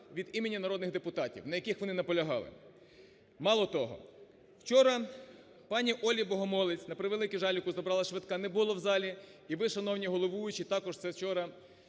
від імені народних депутатів, на яких вони наполягали. Мало того, вчора пані Олі Богомолець, на превеликий жаль, яку забрала швидка, не було в залі і ви, шановні головуючі, також це вчора